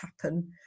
happen